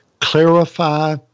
clarify